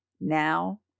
now